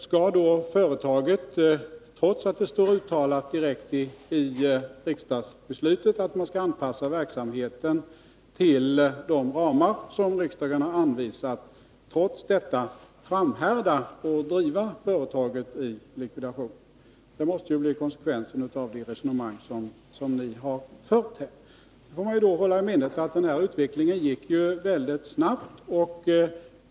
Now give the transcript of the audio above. Skall man'då, trots att det står direkt uttalat i riksdagsbeslutet att man skall anpassa verksamheten till de ramar som riksdagen har anvisat, framhärda och driva företaget i likvidation? Det måste ju bli konsekvensen av det resonemang som ni har fört här. Man får också hålla i minnet att utvecklingen gick väldigt snabbt.